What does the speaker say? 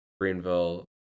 Greenville